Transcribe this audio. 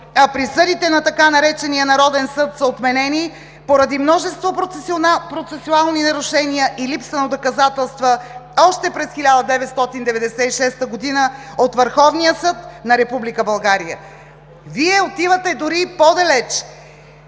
а присъдите на така наречения „Народен съд“ са отменени поради множество процесуални нарушения и липса на доказателства още през 1996 г. от Върховния съд на Република България. Вие отивате дори и по-далеч,